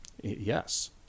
Yes